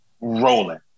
rolling